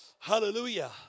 Hallelujah